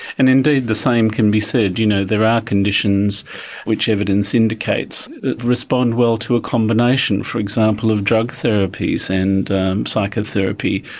and indeed the same can be said, you know, there are conditions which evidence indicates respond well to a combination, for example, of drug therapies and psychotherapy,